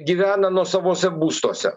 gyvena nuosavuose būstuose